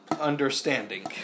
understanding